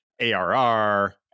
ARR